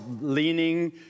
leaning